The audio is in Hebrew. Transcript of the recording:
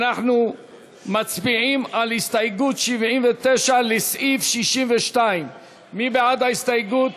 אנחנו מצביעים על הסתייגות 79 לסעיף 62. מי בעד ההסתייגות?